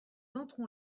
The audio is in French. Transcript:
entrons